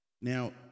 Now